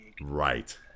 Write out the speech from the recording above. right